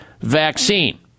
vaccine